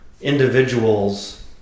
individuals